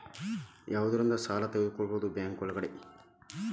ಯಾವ್ಯಾವುದರಿಂದ ಸಾಲ ತಗೋಬಹುದು ಬ್ಯಾಂಕ್ ಒಳಗಡೆ?